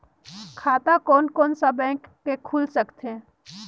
खाता कोन कोन सा बैंक के खुल सकथे?